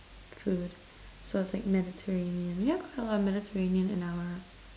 food so it's like Mediterranean we have a lot of Mediterranean in our